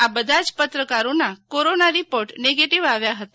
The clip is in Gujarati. આ બધા જ પત્રકારોના કોરોના રિપોર્ટ નેગેટીવ આવ્યા હતા